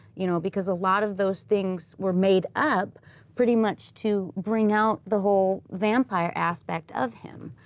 you know, because a lot of those things were made up pretty much to bring out the whole vampire aspect of him,